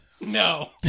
no